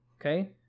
Okay